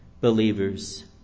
believers